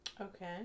Okay